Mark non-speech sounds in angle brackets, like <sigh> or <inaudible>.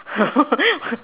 <laughs>